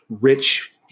rich